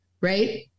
right